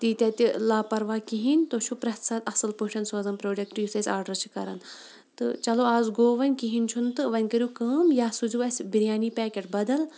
تیٖتیٛاہ تہِ لاپَرواہ کِہیٖنۍ تُہۍ چھُو پرٮ۪تھ ساتہٕ اَصٕل پٲٹھۍ سوزان پرٛوڈَکٹ یُس اَسہِ آرڈر چھِ کَران تہٕ چَلو اَز گوٚو وۄنۍ کِہیٖنۍ چھُنہٕ تہٕ وۄنۍ کٔرِو کٲم یا سوٗزِو اَسہِ بِریانی پیکیٹ بَدَل